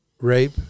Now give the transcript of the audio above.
rape